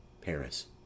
Paris